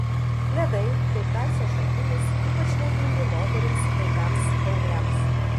ledai kaip kalcio šaltinis ypač naudingi moterims vaikams paaugliams